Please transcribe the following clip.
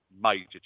major